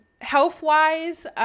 health-wise